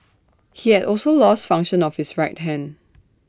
he had also lost function of his right hand